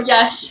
Yes